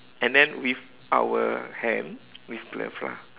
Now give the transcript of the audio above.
and then with our hand with glove lah